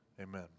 Amen